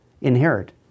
inherit